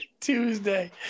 Tuesday